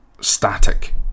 static